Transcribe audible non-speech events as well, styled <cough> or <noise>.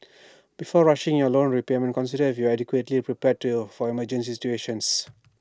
before rushing your loan repayment consider if you are adequately prepared to your <unintelligible> emergency situations